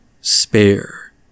spare